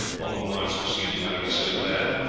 all who march this evening are to be so clad,